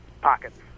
pockets